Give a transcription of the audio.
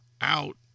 out